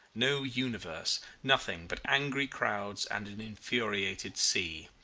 no universe nothing but angry clouds and an infuriated sea.